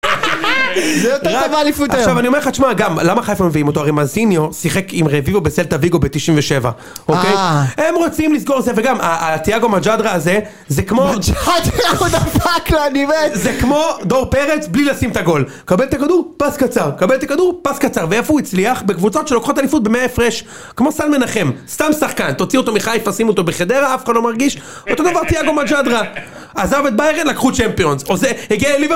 זה יותר טוב מאליפות היום. עכשיו אני אומר לך, תשמע, גם למה חיפה מביאים אותו? הרי מזיניו שיחק עם רביבו בסלטה ויגו ב97. אההה. הם רוצים לסגור את זה, וגם הטיאגו מג'אדרא הזה, זה כמו... מג'אדרא הוא דפק לה, אני מת! זה כמו דור פרץ, בלי לשים את הגול. קבל את הכדור, פאס קצר, קבל את הכדור, פאס קצר, ואיפה הוא הצליח? בקבוצות שלוקחות אליפות במאה הפרש. כמו סל מנחם, סתם שחקן, תוציא אותו מחיפה, שים אותו בחדרה, אף אחד לא מרגיש אותו דבר תהיה גם טיאגו מג'אדרה עזב את ביירן, לקחו צ'מפיונס או זה, הגיע ליבר...